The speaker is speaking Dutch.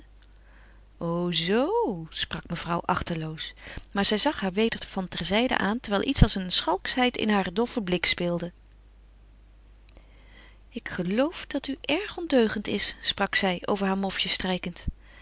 o zoo sprak mevrouw achteloos maar zij zag haar weder van terzijde aan terwijl iets als een schalkschheid in haren doffen blik speelde ik geloof dat u erg ondeugend is sprak zij over haar mofje strijkend